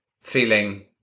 feeling